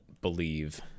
believe